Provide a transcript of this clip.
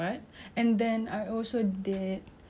a side of rugby during I_T_E did everything